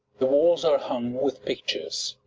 the walls are hung with pictures.